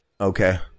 Okay